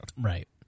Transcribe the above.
right